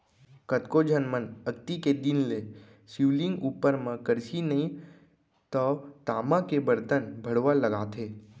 कतको झन मन अक्ती के दिन ले शिवलिंग उपर म करसी नइ तव तामा के बरतन भँड़वा लगाथे